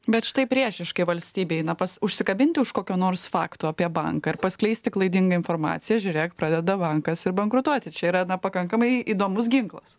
bet štai priešiškai valstybei na pas užsikabinti už kokio nors fakto apie banką ir paskleisti klaidingą informaciją žiūrėk pradeda bankas ir bankrutuoti čia yra pakankamai įdomus ginklas